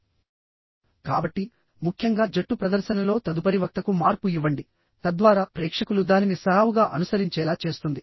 కాబట్టి ముఖ్యంగా జట్టు ప్రదర్శనలో తదుపరి వక్తకు మార్పు ఇవ్వండి తద్వారా ప్రేక్షకులు దానిని సజావుగా అనుసరించేలా చేస్తుంది